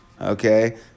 Okay